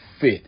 fit